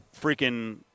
freaking